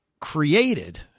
created